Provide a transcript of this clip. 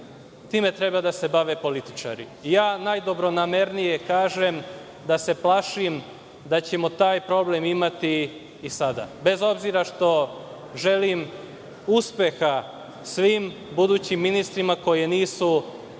time treba da se bave političari. Najdobronamernije kažem da se plašim da ćemo taj problem imati i sada, bez obzira što želim uspeha svim budućim ministrima koji nisu članovi